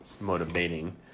motivating